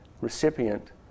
recipient